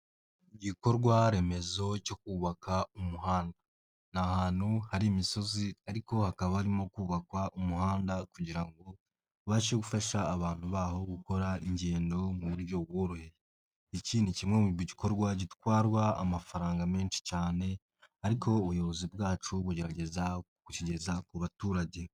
Igikorwa remezo cyo kubaka umuhanda ni ahantu hari imisozi ariko hakaba harimo kubakwa umuhanda kugira ngo bubashe gufasha abantu baho gukora ingendo mu buryo buboroheye. Iki ni kimwe mubikorwa gitwarwa amafaranga menshi cyane ariko ubuyobozi bwacu bugerageza kukigeza ku baturage.